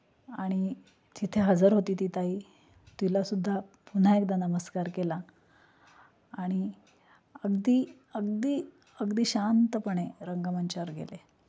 आणि तिथे हजर होती ती ताई तिलासुद्धा पुन्हा एकदा नमस्कार केला आणि अगदी अगदी अगदी शांतपणे रंगमंचावर गेले